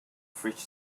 fridge